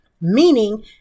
meaning